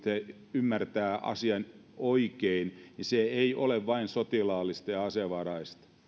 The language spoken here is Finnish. ymmärtää asian oikein ei ole vain sotilaallista ja asevaraista